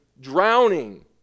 drowning